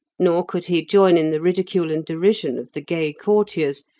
nor could he join in the ridicule and derision of the gay courtiers,